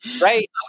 right